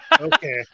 Okay